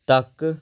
ਤੱਕ